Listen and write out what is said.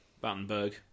Battenberg